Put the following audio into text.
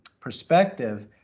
perspective